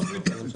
(היו"ר אלכס קושניר, 10:54)